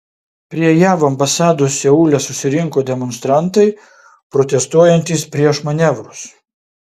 prie jav ambasados seule susirinko demonstrantai protestuojantys prieš manevrus